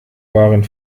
waren